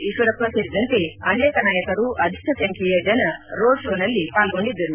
ಈಶ್ವರಪ್ಪ ಸೇರಿದಂತೆ ಅನೇಕ ನಾಯಕರು ಅಧಿಕ ಸಂಬ್ಜೆಯ ಜನ ರೋಡ್ಶೋನಲ್ಲಿ ಪಾಲ್ಗೊಂಡಿದ್ದರು